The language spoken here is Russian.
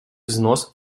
взнос